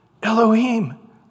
Elohim